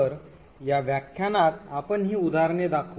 तर या व्याख्यानात आपण ही उदाहरणे दाखवू